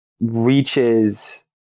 reaches